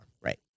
Right